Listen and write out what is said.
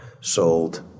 sold